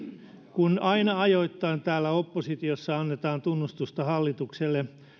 kun aina ajoittain täällä oppositiossa annetaan tunnustusta hallitukselle